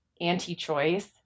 anti-choice